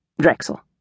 Drexel